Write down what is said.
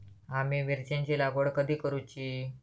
आम्ही मिरचेंची लागवड कधी करूची?